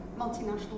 multinational